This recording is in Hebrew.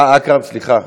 אה, אכרם, סליחה.